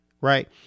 right